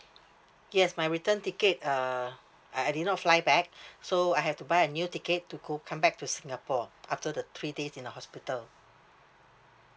yes my return ticket uh I I did not fly back so I have to buy a new ticket to go come back to singapore after the three days in the hospital